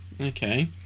okay